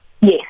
Yes